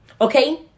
Okay